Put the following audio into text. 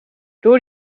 door